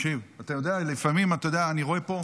לפעמים אני רואה פה,